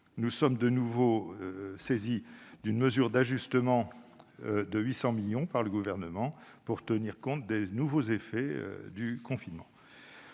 Nous sommes de nouveau saisis d'une mesure d'ajustement de 800 millions d'euros par le Gouvernement, pour tenir compte des effets du nouveau confinement.